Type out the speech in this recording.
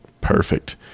Perfect